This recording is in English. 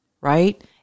right